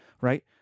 right